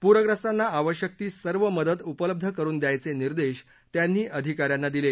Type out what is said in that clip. पूंख्रस्तांना आवश्यक ती सर्व मदत उपलब्ध करुन द्यायचे निर्देश त्यांनी अधिका यांना दिले